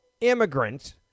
immigrants